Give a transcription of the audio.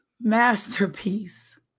masterpiece